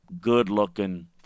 good-looking